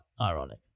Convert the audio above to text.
ironic